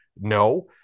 no